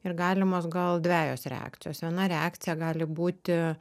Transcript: ir galimos gal dvejos reakcijos viena reakcija gali būti